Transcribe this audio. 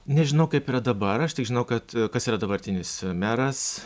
nežinau kaip yra dabar aš tik žinau kad kas yra dabartinis meras